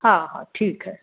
हाँ हाँ ठीक है